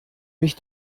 mich